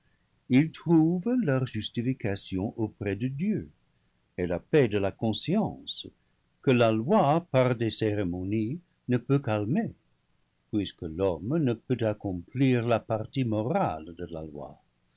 ils trouvent leur justification auprès de dieu et la paix de la conscience que la loi par des cérémonies ne peut calmer puisque l'homme ne peut accomplir la partie morale de la loi